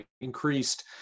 increased